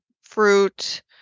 fruit